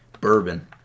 bourbon